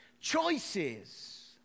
choices